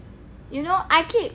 you know I keep